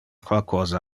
qualcosa